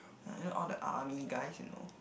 ah you know all the army guys you know